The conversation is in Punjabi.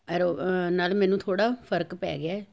ਐਰੋ ਨਾਲ਼ ਮੈਨੂੰ ਥੋੜ੍ਹਾ ਫਰਕ ਪੈ ਗਿਆ ਹੈ